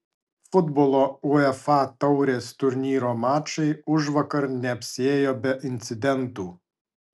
futbolo uefa taurės turnyro mačai užvakar neapsiėjo be incidentų